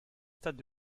stade